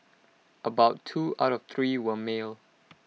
about two out of three were male